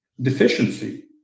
deficiency